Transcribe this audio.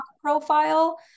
profile